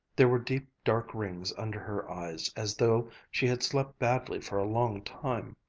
there were deep dark rings under her eyes, as though she had slept badly for a long time.